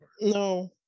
No